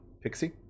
Pixie